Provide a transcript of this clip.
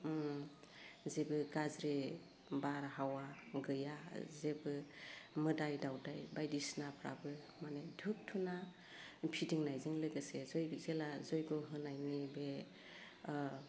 ओम जेबो गाज्रि बार हावा गैया जेबो मोदाइ दाउदाय बायदि सिनाफ्राबो माने धुब धुना फिदिंनायजों लोगोसे जय जेला जय्ग' होनायनि बे ओह